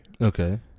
Okay